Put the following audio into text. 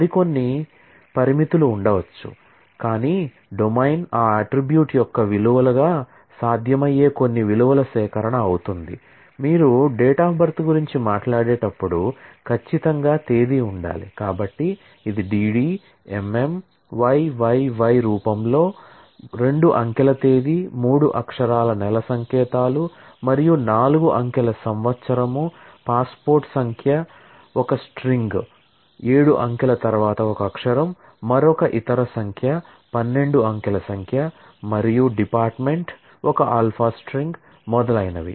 మరిన్ని పరిమితులు ఉండవచ్చు కానీ డొమైన్ మొదలైనవి